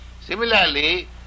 Similarly